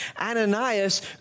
Ananias